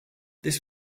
this